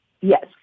Yes